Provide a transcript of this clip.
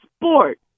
sport